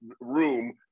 room